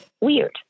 weird